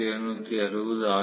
1760 R